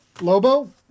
Lobo